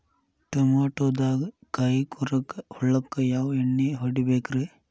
ಟಮಾಟೊದಾಗ ಕಾಯಿಕೊರಕ ಹುಳಕ್ಕ ಯಾವ ಎಣ್ಣಿ ಹೊಡಿಬೇಕ್ರೇ?